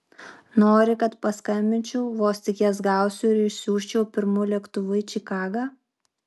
nori kad paskambinčiau vos tik jas gausiu ir išsiųsčiau pirmu lėktuvu į čikagą